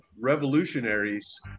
revolutionaries